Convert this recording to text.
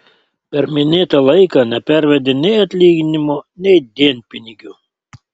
per minėtą laiką nepervedė nei atlyginimo nei dienpinigių